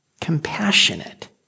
Compassionate